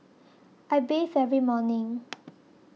I bathe every morning